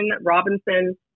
Robinson